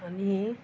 आणि